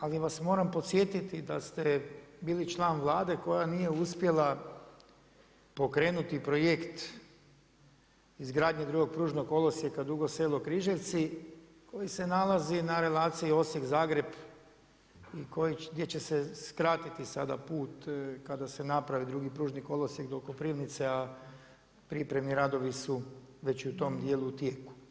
Ali vas moram podsjetiti da ste bili član Vlade koja nije uspjela pokrenuti projekt izgradnje drugog pružnog kolosijeka Dugo Selo-Križevci koji se nalazi na relaciji Osijek-Zagreb i gdje će se skratiti sada put kad se napravi drugi pružni kolosijek do Koprivnice a pripremni radovi su već i u tom djelu u tijeku.